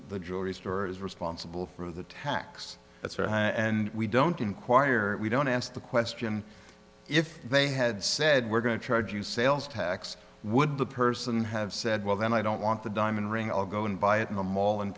the jewelry store is responsible for the tax that's very high and we don't enquire we don't ask the question if they had said we're going to charge you sales tax would the person have said well then i don't want the diamond ring i'll go and buy it in a mall